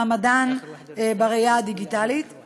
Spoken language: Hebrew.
זה מעלה תמיהה מאוד גדולה על נשיאת בית-המשפט העליון,